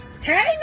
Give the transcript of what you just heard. Hey